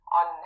on